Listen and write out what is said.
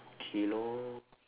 okay lor